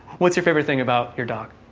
what's your favorite thing about your dog?